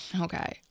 Okay